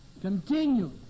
Continue